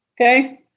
Okay